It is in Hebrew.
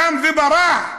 קם וברח.